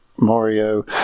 Mario